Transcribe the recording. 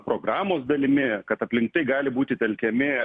programos dalimi kad aplink tai gali būti telkiami